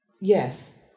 yes